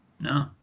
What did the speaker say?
No